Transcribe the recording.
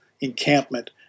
encampment